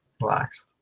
Relax